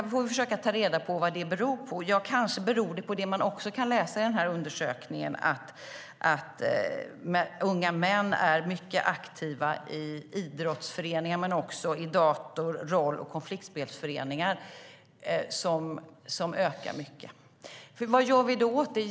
Vi måste försöka ta reda på vad detta beror på. Kanske beror det på det man också kan läsa i undersökningen: att unga män är mycket aktiva i idrottsföreningar men också i dator och roll och konfliktspelsföreningar, som ökar mycket. Vad gör vi då åt det?